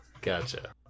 Gotcha